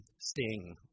Sting